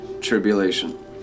tribulation